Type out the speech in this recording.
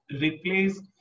replace